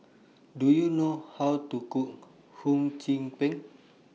Do YOU know How to Cook Hum Chim Peng